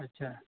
ᱟᱪᱪᱷᱟ